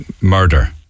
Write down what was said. murder